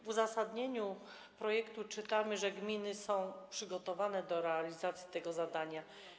W uzasadnieniu projektu czytamy, że gminy są przygotowane do realizacji tego zadania.